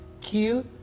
kill